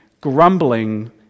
Grumbling